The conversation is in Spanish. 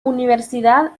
universidad